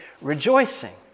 rejoicing